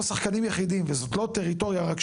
השחקנים היחידים וזו לא הטריטוריה רק שלנו,